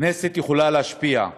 והכנסת יכולה להשפיע.